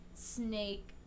snake